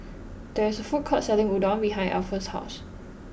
there is a food court selling Udon behind Alpha's house